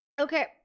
Okay